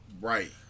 Right